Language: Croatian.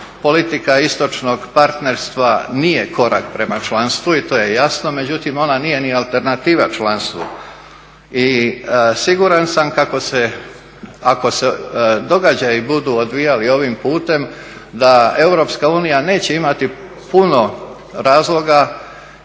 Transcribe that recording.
Politika istočnog partnerstva nije korak prema članstvu i to je jasno, međutim ona nije ni alternativa članstvu. I siguran sam kako se ako se događaji budu odvijali ovim putem da EU neće imati puno razloga